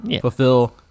fulfill